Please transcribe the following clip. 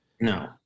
No